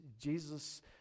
Jesus